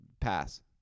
Pass